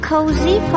cozy